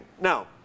Now